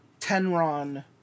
Tenron